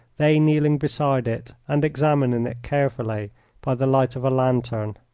they kneeling beside it and examining it carefully by the light of a lantern.